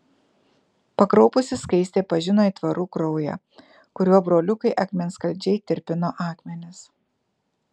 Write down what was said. pakraupusi skaistė pažino aitvarų kraują kuriuo broliukai akmenskaldžiai tirpino akmenis